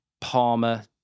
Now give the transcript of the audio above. Palmer